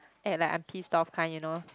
at like I'm pissed off kind you know